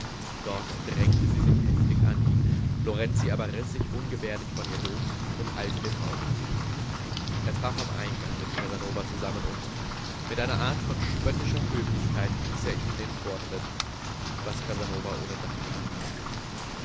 dort drängte sie sich heftig an ihn lorenzi aber riß sich ungebärdig von ihr los und eilte dem hause zu er traf am eingang mit casanova zusammen und mit einer art von spöttischer höflichkeit ließ er ihm den vortritt was casanova ohne dank annahm